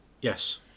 Yes